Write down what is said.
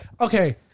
Okay